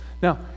Now